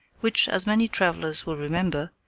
which, as many travelers will remember,